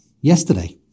yesterday